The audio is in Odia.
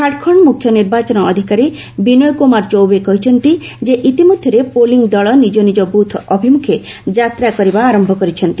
ଝାଡ଼ଖଣ୍ଡ ମୁଖ୍ୟ ନିର୍ବାଚନ ଅଧିକାରୀ ବିନୟ କୁମାର ଚୌବେ କହିଛନ୍ତି ଯେ ଇତିମଧ୍ୟରେ ପୋଲିଂ ଦଳ ନିଜ ନିଜ ବୁଥ୍ ଅଭିମୁଖେ ଯାତ୍ରା କରିବା ଆରମ୍ଭ କରିଛନ୍ତି